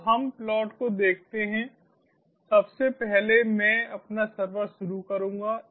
तो हम प्लॉट को देखते हैं सबसे पहले मैं अपना सर्वर शुरू करूंगा